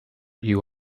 you